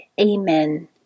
Amen